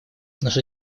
наша